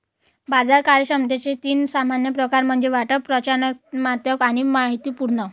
बाजार कार्यक्षमतेचे तीन सामान्य प्रकार म्हणजे वाटप, प्रचालनात्मक आणि माहितीपूर्ण